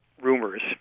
rumors